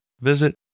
visit